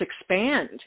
expand